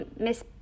Miss